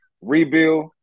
rebuild